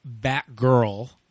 Batgirl